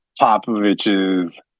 Popovich's